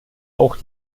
auch